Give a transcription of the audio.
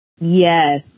Yes